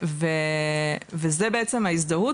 וזו בעצם ההזדהות,